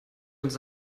uns